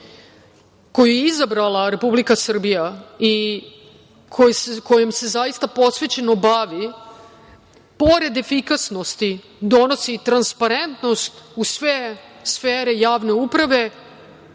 koju je izabrala Republika Srbija i kojom se zaista posvećeno bavi, pored efikasnosti donosi transparentnost u sve sfere javne uprave,